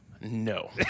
No